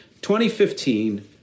2015